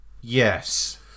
yes